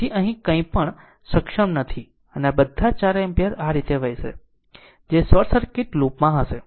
તેથી અહીં કંઈપણ સક્ષમ નથી અને આ બધા 4 એમ્પીયર આ રીતે વહેશે જે શોર્ટ સર્કિટ લૂપમાં હશે